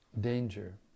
danger